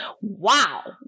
Wow